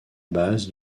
base